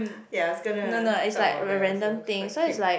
ya I was gonna talk about that also it's quite cute